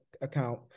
account